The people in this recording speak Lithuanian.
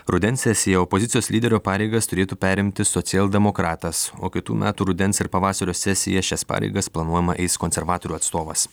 rudens sesiją opozicijos lyderio pareigas turėtų perimti socialdemokratas o kitų metų rudens ir pavasario sesiją šias pareigas planuojama eis konservatorių atstovas